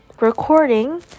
recording